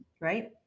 right